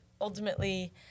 ultimately